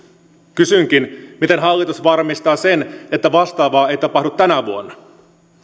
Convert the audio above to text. kysynkin miten hallitus varmistaa sen että vastaavaa ei tapahdu tänä vuonna